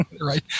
right